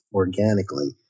organically